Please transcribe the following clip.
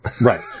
Right